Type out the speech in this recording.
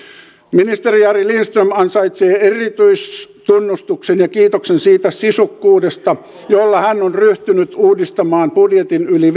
ministeri jari lindström ansaitsee erityistunnustuksen ja kiitoksen siitä sisukkuudesta jolla hän on ryhtynyt uudistamaan budjetin yli